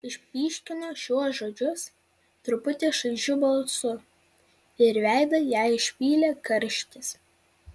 išpyškino šiuos žodžius truputį šaižiu balsu ir veidą jai išpylė karštis